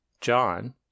John